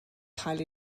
cael